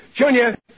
Junior